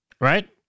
right